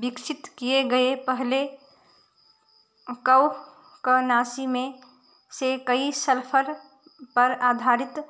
विकसित किए गए पहले कवकनाशी में से कई सल्फर पर आधारित